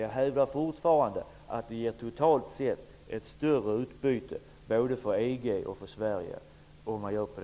Jag hävdar fortfarande att det totalt sett ger ett större utbyte både för EG och för